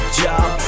job